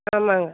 ஆமாங்க